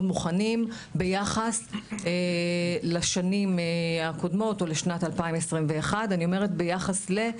מוכנים ביחס לשנים הקודמות או לשנת 2021. אני אומרת ביחס ל..